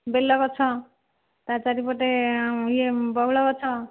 ବେଲ ଗଛ ତା' ଚାରିପଟରେ ଇଏ ବଉଳ ଗଛ